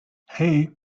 hey